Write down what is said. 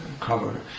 cover